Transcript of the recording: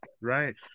Right